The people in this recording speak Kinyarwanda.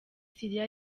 syria